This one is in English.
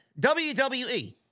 WWE